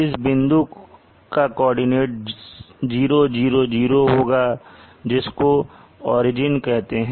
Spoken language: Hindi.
इस बिंदु का कोऑर्डिनेट 000 होगा जिसको ओरिजिन कहते हैं